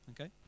Okay